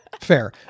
fair